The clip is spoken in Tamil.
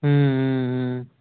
ம் ம் ம்